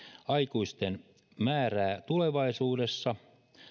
aikuisten määrää tulevaisuudessa